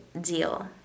deal